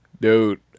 dude